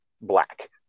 black